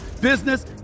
business